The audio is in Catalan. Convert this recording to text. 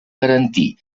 garantir